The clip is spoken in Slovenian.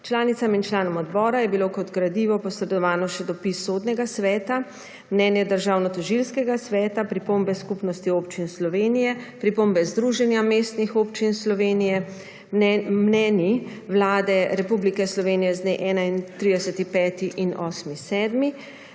Članicam in članom odbora je bilo kot gradivo posredovano še: dopis Sodnega sveta, mnenje Državnotožilskega sveta, pripombe Skupnosti občin Slovenije, pripombe Združenja mestnih občin Slovenije, mnenji Vlade Republike Slovenije z dne 31. 5. in 8. 7.,